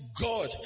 god